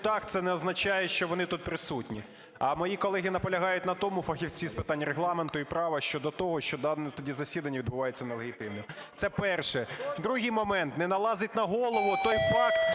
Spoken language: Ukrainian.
пультах, це не означає, що вони тут присутні. А мої колеги наполягають на тому, фахівці з питань Регламенту і права, щодо того, що дане тоді засідання відбувається нелегітимним. Це перше. Другий момент. Не налазить на голову той факт